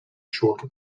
short